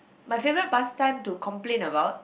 my favorite pastime to complain about